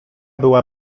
była